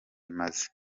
imaze